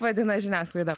vadina žiniasklaida